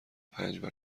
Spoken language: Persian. پنج